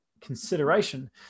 consideration